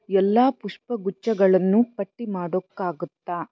ಎಲ್ಲ ಪುಷ್ಪಗುಚ್ಛಗಳನ್ನು ಪಟ್ಟಿ ಮಾಡೋಕ್ಕಾಗುತ್ತಾ